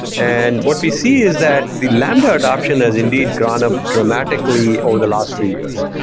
and what we see is that the lambda adoption has indeed gone up dramatically over the last few years.